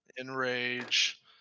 Enrage